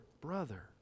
brother